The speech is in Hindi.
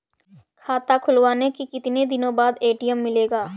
खाता खुलवाने के कितनी दिनो बाद ए.टी.एम मिलेगा?